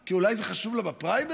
כי אולי זה חשוב לה בפריימריז?